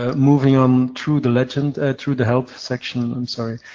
ah moving on through the legend, through the help section i'm sorry